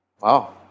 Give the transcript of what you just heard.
wow